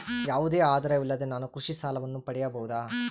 ಯಾವುದೇ ಆಧಾರವಿಲ್ಲದೆ ನಾನು ಕೃಷಿ ಸಾಲವನ್ನು ಪಡೆಯಬಹುದಾ?